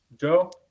Joe